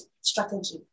strategy